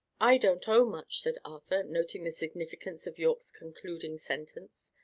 i don't owe much, said arthur, noting the significance of yorke's concluding sentence.